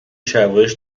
شلوارش